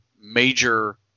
major